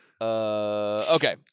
Okay